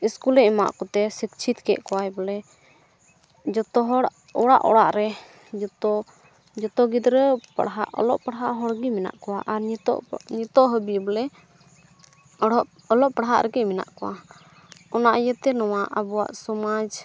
ᱥᱠᱩᱞᱮ ᱮᱢᱟᱜ ᱠᱚᱛᱮ ᱥᱤᱪᱪᱷᱤᱛ ᱠᱮᱫ ᱠᱚᱣᱟᱭ ᱵᱚᱞᱮ ᱡᱚᱛᱚ ᱦᱚᱲ ᱚᱲᱟᱜ ᱚᱲᱟᱜ ᱨᱮ ᱡᱚᱛᱚ ᱡᱚᱛᱚ ᱜᱤᱫᱽᱨᱟᱹ ᱯᱟᱲᱦᱟᱣ ᱚᱞᱚᱜ ᱯᱟᱲᱦᱟᱜ ᱦᱚᱲ ᱜᱮ ᱢᱮᱱᱟᱜ ᱠᱚᱣᱟ ᱟᱨ ᱱᱤᱛᱚᱜ ᱱᱤᱛᱚᱜ ᱦᱟᱹᱵᱤᱡ ᱵᱚᱞᱮ ᱚᱞᱚᱜ ᱚᱞᱚᱜ ᱯᱟᱲᱦᱟᱜ ᱨᱮᱜᱮ ᱢᱮᱱᱟᱜ ᱠᱚᱣᱟ ᱚᱱᱟ ᱤᱭᱟᱹᱛᱮ ᱱᱚᱣᱟ ᱟᱵᱚᱣᱟᱜ ᱥᱚᱢᱟᱡᱽ